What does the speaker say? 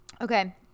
Okay